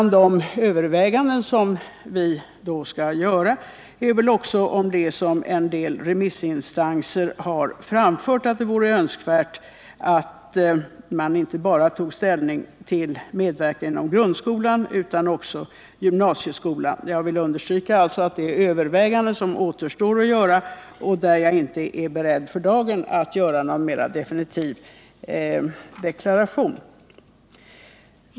De överväganden som vi då skall göra gäller väl också det som en del remissinstanser har framfört, nämligen att det vore önskvärt att man tog ställning till en medverkan inte bara inom grundskolan utan också i gymnasieskolan. Jag vill understryka att det övervägandet alltså återstår, och jag är inte beredd att för dagen göra någon mera definitiv deklaration.